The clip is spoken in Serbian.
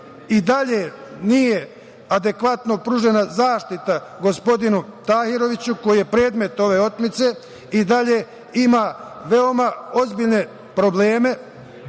dalje nije adekvatno pružena zaštita gospodinu Turkoviću koji je predmet ove otmice, i dalje ima veoma ozbiljne probleme